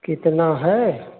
कितना है